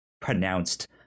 pronounced